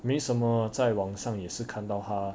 没什么在网上也是看到他